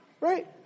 right